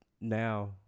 now